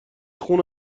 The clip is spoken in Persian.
خون